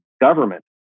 government